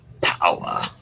power